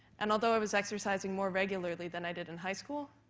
and although i was exercising more regularly than i did in high school,